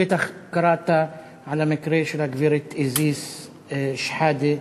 בטח קראת על המקרה של הגברת איזיס שחאדה,